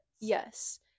yes